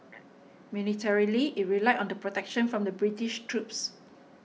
militarily it relied on the protection from the British troops